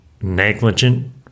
negligent